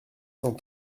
cent